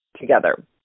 together